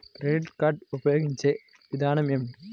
Credit card ఉపయోగించే విధానం ఏమి?